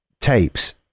tapes